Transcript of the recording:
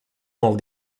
molt